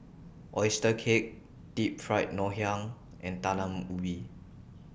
Oyster Cake Deep Fried Ngoh Hiang and Talam Ubi